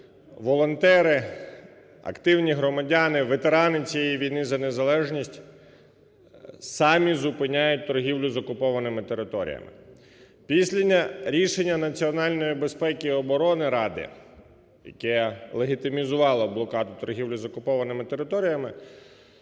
волонтери, активні громадяни, ветерани цієї війни за незалежність самі зупиняють торгівлю з окупованими територіями. Після рішення Національної безпеки і оборони ради, яке легітимізувало блокаду торгівлі з окупованими територіями,